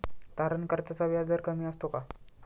तारण कर्जाचा व्याजदर कमी असतो का?